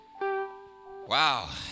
Wow